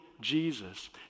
Jesus